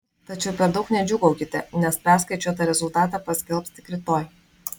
tačiau per daug nedžiūgaukite nes perskaičiuotą rezultatą paskelbs tik rytoj